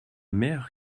mère